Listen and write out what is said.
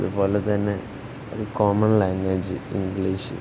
അതുപോലെ തന്നെ ഒരു കോമൺ ലാംഗ്വേജ് ഇംഗ്ലീഷ്